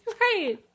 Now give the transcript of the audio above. Right